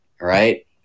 right